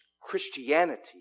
Christianity